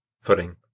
Footing